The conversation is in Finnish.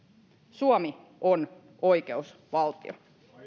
suomi on oikeusvaltio